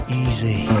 easy